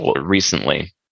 recently